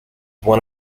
one